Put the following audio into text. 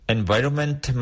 Environment